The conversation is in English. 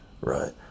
right